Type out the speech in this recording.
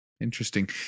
Interesting